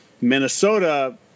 Minnesota